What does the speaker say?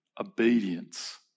obedience